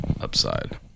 upside